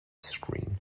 screen